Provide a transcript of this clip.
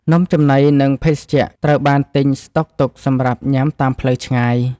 នំចំណី និងភេសជ្ជៈត្រូវបានទិញស្តុកទុកសម្រាប់ញ៉ាំតាមផ្លូវឆ្ងាយ។